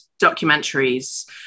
documentaries